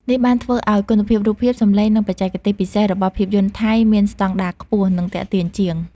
នេះបានធ្វើឲ្យគុណភាពរូបភាព សំឡេង និងបច្ចេកទេសពិសេស របស់ភាពយន្តថៃមានស្តង់ដារខ្ពស់ និងទាក់ទាញជាង។